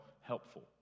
helpful